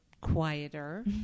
quieter